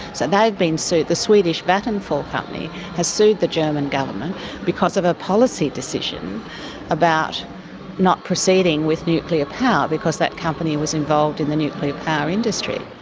so they have been sued. the swedish vattenfall company has sued the german government because of a policy decision about not proceeding with nuclear power because that company was involved in the nuclear power industry.